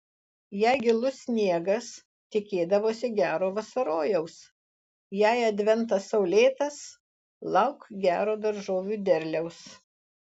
jei gilus sniegas tikėdavosi gero vasarojaus jei adventas saulėtas lauk gero daržovių derliaus